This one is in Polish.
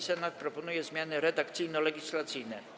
Senat proponuje zmiany redakcyjno-legislacyjne.